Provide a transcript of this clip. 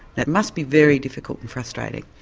it must be very difficult and frustrating.